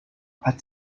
hat